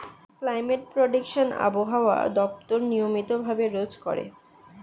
climate prediction আবহাওয়া দপ্তর নিয়মিত ভাবে রোজ করে